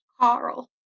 Carl